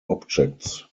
objects